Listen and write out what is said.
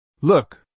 Look